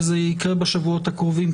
וזה יקרה בשבועות הקרובים,